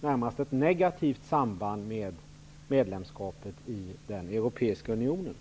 närmast ett negativt samband med medlemskapet i den europeiska unionen.